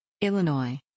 Illinois